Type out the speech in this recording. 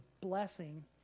blessing